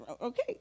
okay